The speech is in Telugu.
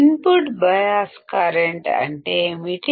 ఇన్పుట్ బయాస్ కరెంట్ అంటే ఏమిటి